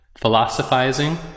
philosophizing